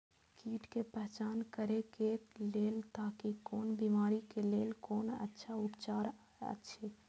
कीट के पहचान करे के लेल ताकि कोन बिमारी के लेल कोन अच्छा उपचार अछि?